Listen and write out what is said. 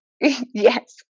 Yes